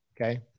Okay